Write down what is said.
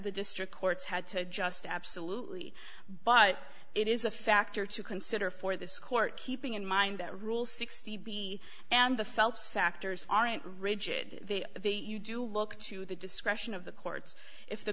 the district courts had to just absolutely but it is a factor to consider for this court keeping in mind that rule sixty b and the phelps factors aren't rigid the you do look to the discretion of the courts if the